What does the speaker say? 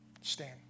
Stand